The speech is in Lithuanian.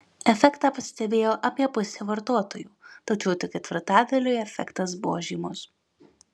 efektą pastebėjo apie pusė vartotojų tačiau tik ketvirtadaliui efektas buvo žymus